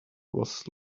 was